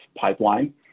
pipeline